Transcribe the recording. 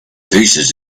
pieces